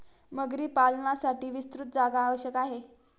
मगरी पालनासाठी विस्तृत जागा आवश्यक आहे